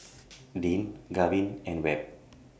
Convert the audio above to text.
Deane Gavin and Webb